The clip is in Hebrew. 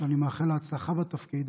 שאני מאחל לה הצלחה בתפקיד,